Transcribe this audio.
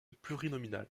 plurinominal